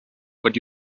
but